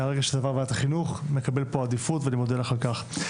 מהרגע שזה עבר לוועדת חינוך זה מקבל פה עדיפות ואני מודה לך על כך.